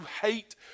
hate